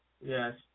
yes